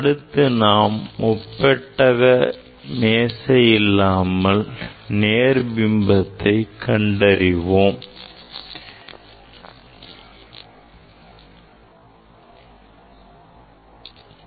அடுத்து நாம் முப்பெட்டகம் மேசை இல்லாமல் நேர் பிம்பத்தை காணலாம்